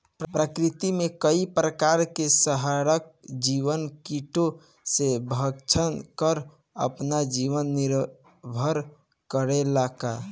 प्रकृति मे कई प्रकार के संहारक जीव कीटो के भक्षन कर आपन जीवन निरवाह करेला का?